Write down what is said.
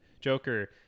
Joker